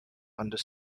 under